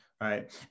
Right